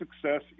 success